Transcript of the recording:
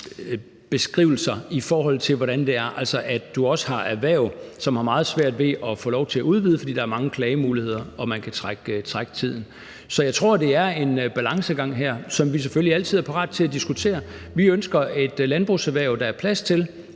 beskrivelser, i forhold til hvordan det er, altså at man også har et erhverv, som har meget svært ved at få lov til at udvide, fordi der er mange klagemuligheder og man kan trække tiden. Så jeg tror, at det er en balancegang her, som vi selvfølgelig altid er parate til at diskutere. Vi ønsker et landbrugserhverv, der er plads til,